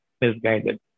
misguided